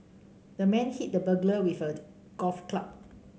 the man hit the burglar with a golf club